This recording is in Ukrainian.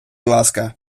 ласка